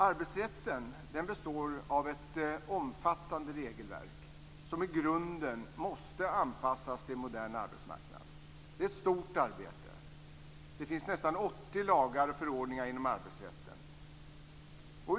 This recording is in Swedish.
Arbetsrätten består av ett omfattande regelverk som i grunden måste anpassas till en modern arbetsmarknad. Det är ett stort arbete, det finns nästan 80 lagar och förordningar inom arbetsrätten.